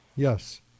Yes